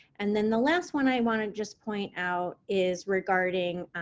and then the last one i want to just point out is regarding